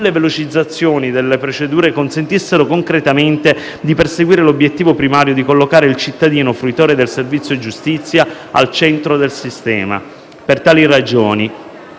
sulle velocizzazioni delle procedure, consentissero concretamente di perseguire l'obiettivo primario di collocare il cittadino, fruitore del servizio giustizia, al centro del sistema. Per tali ragioni,